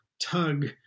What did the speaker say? tug